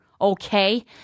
Okay